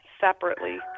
separately